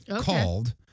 called